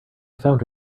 found